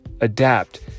adapt